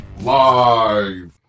live